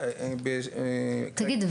תגיד,